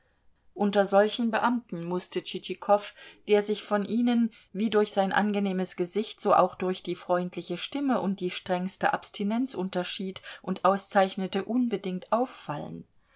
unter solchen beamten mußte tschitschikow der sich von ihnen wie durch sein angenehmes gesicht so auch durch die freundliche stimme und die strengste abstinenz unterschied und auszeichnete unbedingt auffallen